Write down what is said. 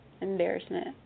embarrassment